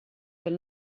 del